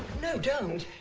no don't!